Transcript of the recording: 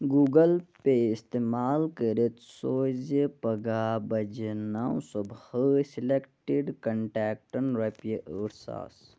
Google pay استعمال کٔرِتھ سوٗزِ پگاہ بَجہٕ نَو صُبحٲے سِلٮ۪کٹِڈ کنٛٹٮ۪کٹَن رۄپیہِ ٲٹھ ساس